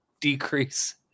decrease